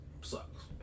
sucks